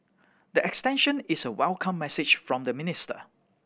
the extension is a welcome message from the minister